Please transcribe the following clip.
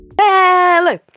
hello